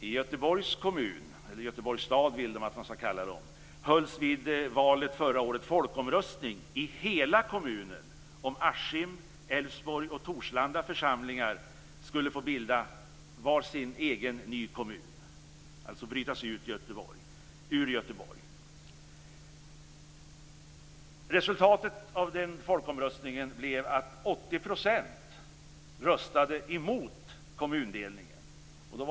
I Göteborgs kommun, eller Göteborgs stad som de vill att man skall kalla dem, hölls vid valet förra året en folkomröstning i hela kommunen om Askims, röstade emot kommundelningen.